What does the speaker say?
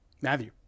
Matthew